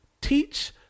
teach